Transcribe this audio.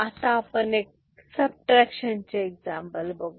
आता आपण एक सबट्रॅक्शन चे एक्झाम्पल बघूया